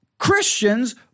Christians